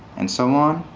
and so on.